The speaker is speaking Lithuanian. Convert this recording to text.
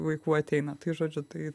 vaikų ateina tai žodžiu tai